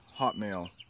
Hotmail